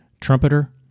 trumpeter